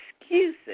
excuses